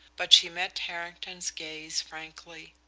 but she met harrington's gaze frankly.